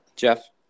Jeff